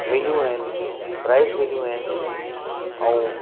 मीलियूं आहिनि राइस मीलियूं आहिनि ऐं